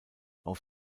auf